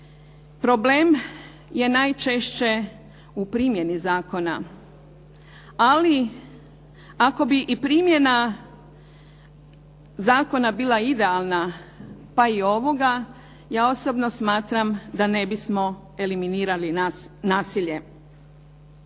Problem je najčešće u primjeni zakona, ali ako bi i primjena zakona bila idealna pa i ovoga, ja osobno smatram da ne bismo eliminirali nasilje.